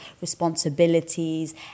responsibilities